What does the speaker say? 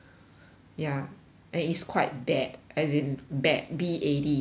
ya and it's quite bad as in bad B A D